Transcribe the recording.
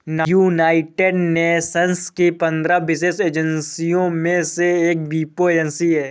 United Nations की पंद्रह विशेष एजेंसियों में से एक वीपो एजेंसी है